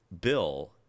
bill